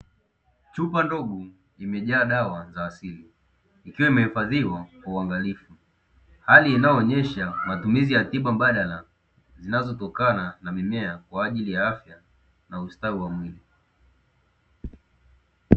Chupa ndogo imejaa dawa za asili ikiwa imehifadhiwa kwa uangalifu, hali inayoosha matumizi ya tiba mbadala, zinazotokana na mimea kwa ajili ya afya na ustawi wa mwili.